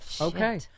Okay